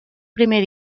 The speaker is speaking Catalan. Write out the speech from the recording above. primer